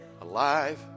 alive